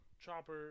Chopper